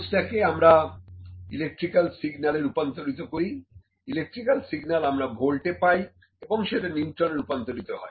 ফোর্সটাকে আমরা ইলেকট্রিক্যাল সিগনালে রূপান্তরিত করি ইলেকট্রিক্যাল সিগন্যাল আমরা ভোল্ট এ পাই এবং সেটা নিউটনে রূপান্তরিত হয়